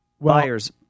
buyer's